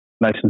nice